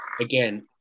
again